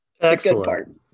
excellent